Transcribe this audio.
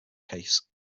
case